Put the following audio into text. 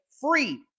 free